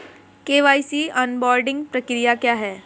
KYC onboarding प्रक्रिया क्या है?